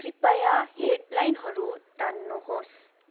कृपया हेडलाइनहरू तान्नुहोस्